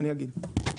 אני אגיד.